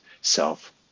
self